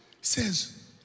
says